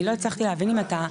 אני לא הבנתי אם אתה,